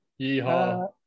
Yeehaw